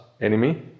enemy